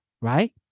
right